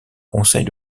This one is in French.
conseils